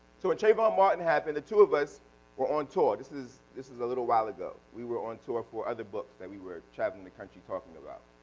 so when trayvon martin happened the two of us were on tour, this is this is a little while ago. we were on tour for other books that we were traveling the country talking about.